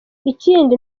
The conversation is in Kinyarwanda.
ikindi